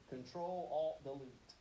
Control-alt-delete